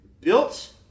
Built